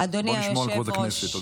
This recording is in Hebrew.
בואו נשמור על כבוד הכנסת.